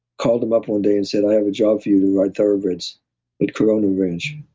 called him up one day and said, i have a job for you to ride thoroughbreds at corona ranch.